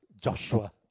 Joshua